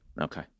Okay